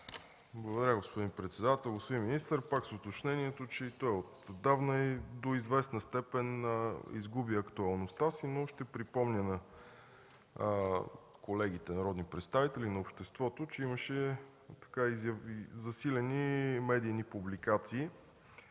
Благодаря, господин председател. Господин министър, пак с уточнението, че и той отдавна и до известна степен изгуби актуалността си, но ще припомня на колегите народни представители и на обществото, че имаше засилени медийни публикации